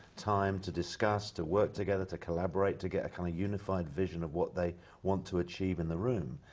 time to discuss, to work together, to collaborate to get a kind of unified vision of what they want to achieve in the room.